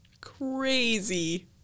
Crazy